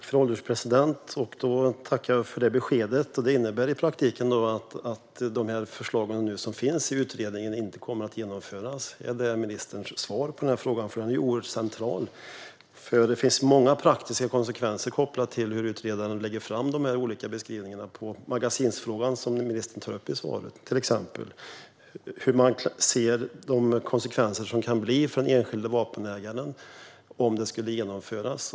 Fru ålderspresident! Jag tackar för detta besked. Det innebär i praktiken att de förslag som finns i utredningen inte kommer att genomföras. Är det ministerns svar på denna fråga? Den är ju oerhört central. Det finns många praktiska konsekvenser som är kopplade till hur utredaren lägger fram de olika beskrivningarna, till exempel vad gäller magasinsfrågan som ministern tog upp i svaret. Hur ser man på de eventuella konsekvenserna för den enskilde vapenägaren om detta skulle genomföras?